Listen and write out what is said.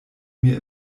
mir